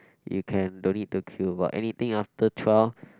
you can don't need to queue but anything after twelve